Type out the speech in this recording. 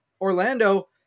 Orlando